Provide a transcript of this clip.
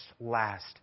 last